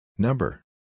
Number